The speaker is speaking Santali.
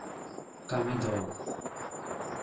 ᱠᱟᱹᱢᱤ ᱫᱚ